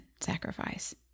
sacrifice